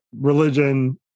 religion